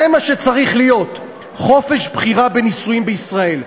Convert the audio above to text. זה מה שצריך להיות, חופש בחירה בנישואים בישראל.